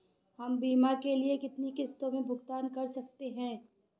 हम बीमा के लिए कितनी किश्तों में भुगतान कर सकते हैं?